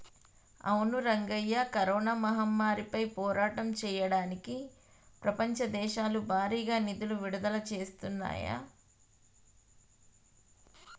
అవును రంగయ్య కరోనా మహమ్మారిపై పోరాటం చేయడానికి ప్రపంచ దేశాలు భారీగా నిధులను విడుదల చేస్తున్నాయి